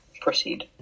Proceed